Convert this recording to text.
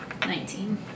Nineteen